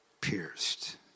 pierced